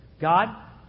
God